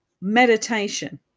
meditation